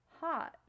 hot